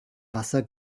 wasser